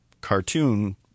cartoon